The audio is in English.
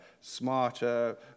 smarter